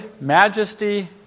majesty